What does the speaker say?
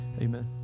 Amen